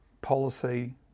policy